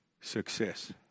success